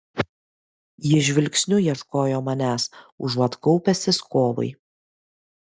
jis žvilgsniu ieškojo manęs užuot kaupęsis kovai